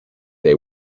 they